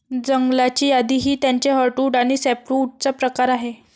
जंगलाची यादी ही त्याचे हर्टवुड आणि सॅपवुडचा प्रकार आहे